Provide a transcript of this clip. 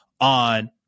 on